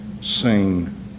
sing